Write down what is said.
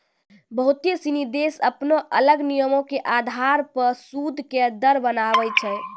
बहुते सिनी देश अपनो अलग नियमो के अधार पे सूद के दर बनाबै छै